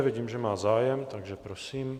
Vidím, že má zájem, takže prosím.